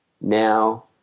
now